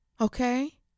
Okay